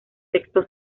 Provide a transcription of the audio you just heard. texto